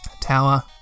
Tower